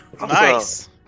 Nice